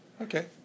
okay